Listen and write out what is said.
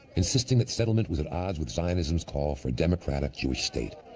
insisting that settlement was at odds with zionism's call for a democratic jewish state.